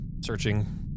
searching